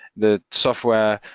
the software,